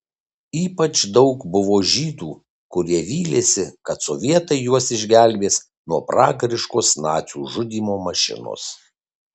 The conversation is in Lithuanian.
ypač daug buvo žydų kurie vylėsi kad sovietai juos išgelbės nuo pragariškos nacių žudymo mašinos